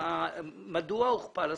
מדוע הוכפל הסכום?